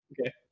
okay